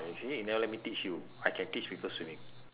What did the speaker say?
ah you see you never let me teach you I can teach people swimming